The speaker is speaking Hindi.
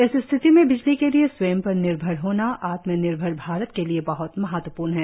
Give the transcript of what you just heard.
इस स्थिति में बिजली के लिए स्वयं पर निर्भर होना आत्मनिर्भर भारत के लिए बहृत महत्वपूर्ण है